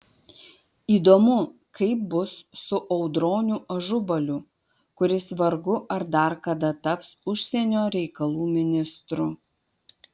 įdomu kaip bus su audroniu ažubaliu kuris vargu ar dar kada taps užsienio reikalų ministru